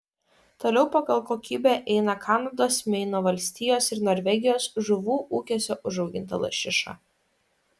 toliau pagal kokybę eina kanados meino valstijos ir norvegijos žuvų ūkiuose užauginta lašiša